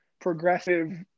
progressive